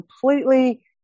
completely